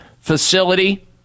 facility